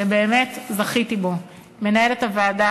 שבאמת זכיתי בו: מנהלת הוועדה,